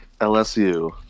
LSU